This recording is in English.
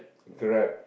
Grab